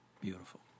beautiful